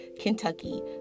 Kentucky